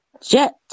Jet